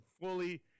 fully